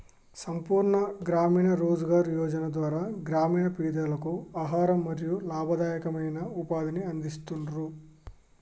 సంపూర్ణ గ్రామీణ రోజ్గార్ యోజన ద్వారా గ్రామీణ పేదలకు ఆహారం మరియు లాభదాయకమైన ఉపాధిని అందిస్తరు